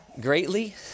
greatly